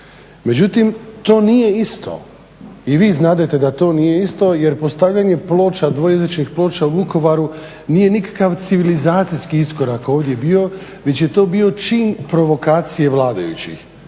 Međutim, to nije isto i vi znadete da to nije isto jer postavljanje dvojezičnih ploča u Vukovaru nije nikakav civilizacijski iskorak ovdje bio već je to bio čin provokacije vladajućih